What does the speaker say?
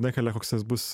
nekelia koks tas bus